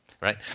Right